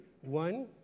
one